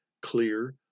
clear